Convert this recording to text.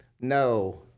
no